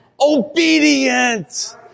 obedient